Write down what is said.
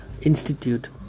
Institute